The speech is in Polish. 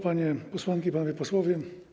Panie Posłanki i Panowie Posłowie!